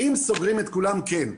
אם סוגרים את כולם, כן,